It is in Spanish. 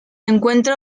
encuentra